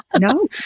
No